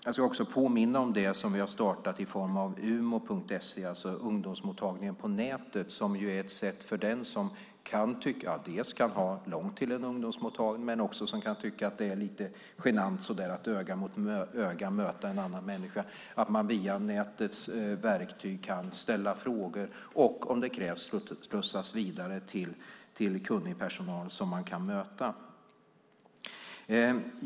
Jag ska påminna om det som vi har startat i form av umo.se, det vill säga ungdomsmottagning på nätet, som är en möjlighet för den som kan ha långt till en ungdomsmottagning men också för den som kan tycka att det är lite genant att öga mot öga möta en annan människa. Via nätets verktyg kan man ställa frågor och, om det krävs, slussas vidare till kunnig personal som man kan möta.